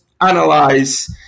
analyze